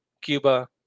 Cuba